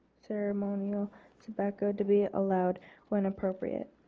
ceremonial tobacco to be allowed when appropriate.